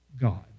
God